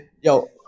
Yo